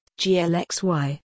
GLXY